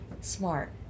smart